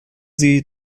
sie